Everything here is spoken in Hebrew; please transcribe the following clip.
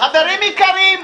חברים יקרים,